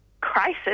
crisis